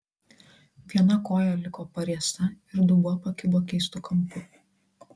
viena koja liko pariesta ir dubuo pakibo keistu kampu